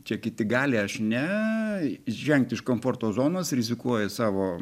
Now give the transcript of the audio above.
čia kiti gali aš ne žengt iš komforto zonos rizikuoji savo